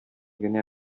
генә